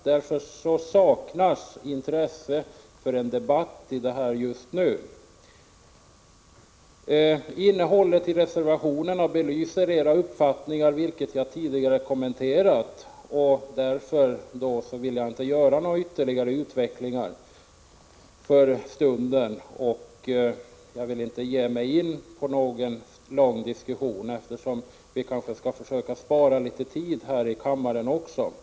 Därför saknar en debatt om detta just nu intresse. Innehållet i reservationerna belyser era uppfattningar, vilka jag tidigare har kommenterat. Därför vill jag inte för stunden utveckla detta vidare. Jag vill inte ge mig in i någon lång diskussion nu, eftersom vi skall försöka spara litet av kammarens tid.